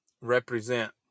represent